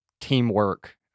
teamwork